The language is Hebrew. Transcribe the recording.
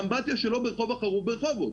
באמבטיה שלו ברח' החרוב ברחובות,